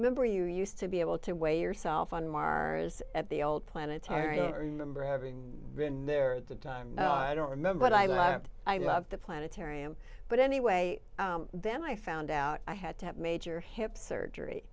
remember you used to be able to weigh yourself on mars at the old planetarium remember having been there at the time oh i don't remember what i left i love the planetarium but anyway then i found out i had to have major hip surgery